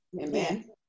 Amen